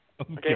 Okay